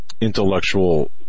intellectual